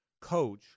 coach